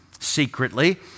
Secretly